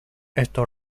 esto